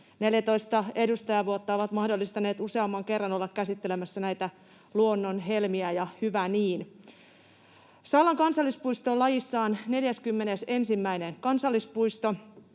14 edustajavuotta ovat mahdollistaneet useamman kerran olla käsittelemässä näitä luonnon helmiä, ja hyvä niin. Sallan kansallispuisto on lajissaan 41. kansallispuisto.